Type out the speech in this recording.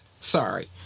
Sorry